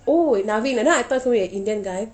oh narvin that I thought suppose to be an indian guy